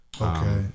okay